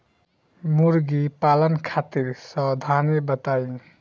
मुर्गी पालन खातिर सावधानी बताई?